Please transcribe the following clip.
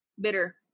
Bitter